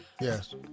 Yes